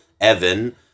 Evan